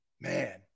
Man